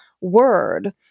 word